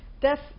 Death